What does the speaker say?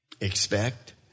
Expect